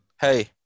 Hey